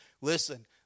Listen